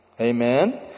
amen